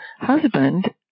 husband